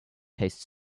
taste